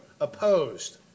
Opposed